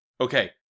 Okay